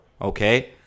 okay